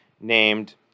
named